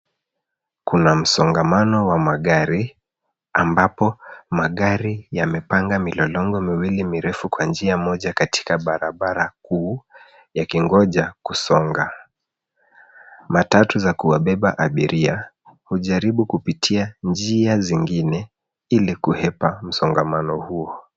Kuna msongamanao wa magri ambapo magari yamepanga milolongo miwili mirefu kwa njia moja katika barabara kuu yakingoja kusonga. Matatu za kuwabeba abiria hujaribu kupitia njia zingine ili kuhepa msongamano huo.